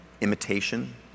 imitation